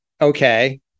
okay